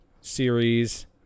series